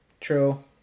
True